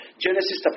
Genesis